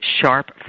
Sharp